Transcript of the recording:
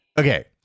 Okay